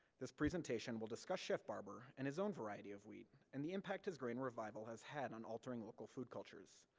this presentation will discuss chef barber, and his own variety of wheat, and the impact his grain revival has had on altering local food cultures.